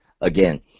again